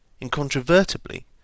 incontrovertibly